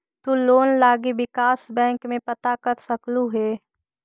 तु लोन लागी विकास बैंक में पता कर सकलहुं हे